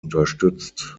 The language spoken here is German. unterstützt